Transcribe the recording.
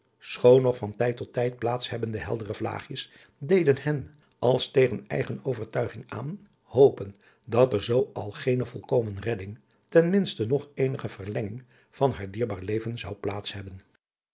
nog van tijd tot tijd plaats hebbende heldere adriaan loosjes pzn het leven van hillegonda buisman vlaagjes deden hen als tegen eigen overtuiging aan hopen dat er zoo al geene volkomen redding ten minste nog eenige verlenging van haar dierbaar leven zou plaats hebben